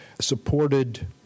supported